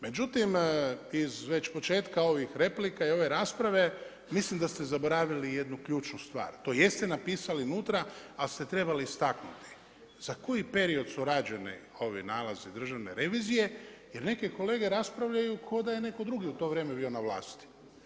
Međutim iz već početka ovih replika i ove rasprave mislim da ste zaboravili jednu ključnu stvar, to jeste napisali unutra, ali ste trebali istaknuti, za koji period su rađeni ovi nalazi Državne revizije jer neke kolege raspravljaju ko da je neko drugi u to vrijeme bio na vlasti.